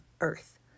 earth